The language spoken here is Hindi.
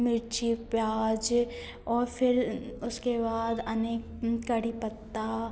मिर्ची प्याज और फिर उसके बाद अनेक कढ़ी पत्ता